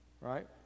Right